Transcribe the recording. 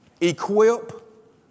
equip